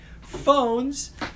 Phones